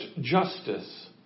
justice